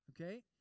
Okay